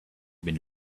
been